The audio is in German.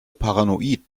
paranoid